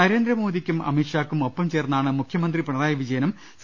നരേന്ദ്ര മോദിക്കും അമിത്ഷാക്കും ഒപ്പം ചേർന്നാണ് മുഖ്യമന്ത്രി പിണറായി വിജയനും സി